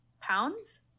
pounds